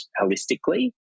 holistically